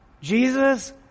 Jesus